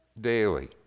daily